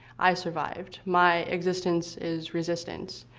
i survived. my existence is resistance.